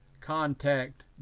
contact